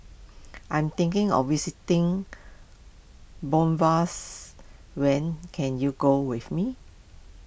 I'm thinking of visiting when can you go with me